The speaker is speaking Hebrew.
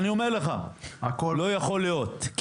אני אומר לך זה לא יכול להיות.